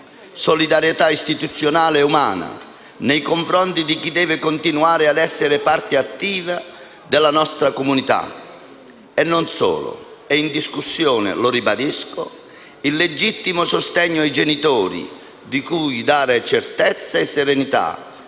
Solidarietà istituzionale e umana nei confronti di chi deve continuare ad essere parte attiva delle nostre comunità. E non solo. È in discussione - lo ribadisco - il legittimo sostegno ai genitori, cui dare certezze e serenità,